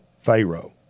Pharaoh